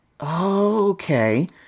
Okay